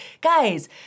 guys